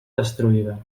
destruïda